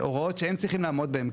בהוראות שהם צריכים לעמוד בהם,